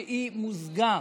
שמוזגה,